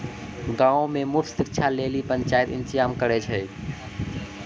गांवो मे मुफ्त शिक्षा लेली पंचायत इंतजाम करै छै